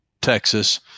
Texas